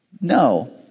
no